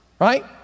right